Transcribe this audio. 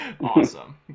Awesome